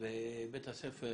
ובית הספר